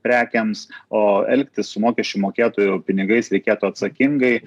prekėms o elgtis su mokesčių mokėtojų pinigais reikėtų atsakingai